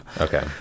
okay